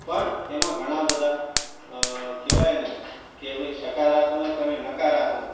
પણ એમાં ઘણાં બધા અ કહેવાય ને કે ભઈ સકારાત્મક અને નકારાત્મક